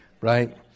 right